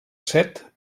set